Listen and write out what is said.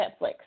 Netflix